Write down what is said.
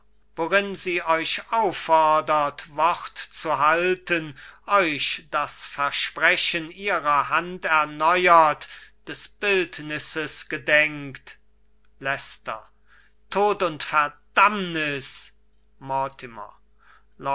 worin sie euch auffordert wort zu halten euch das versprechen ihrer hand erneuert des bildnisses gedenkt leicester tod und verdammnis